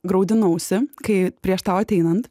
graudinausi kai prieš tau ateinant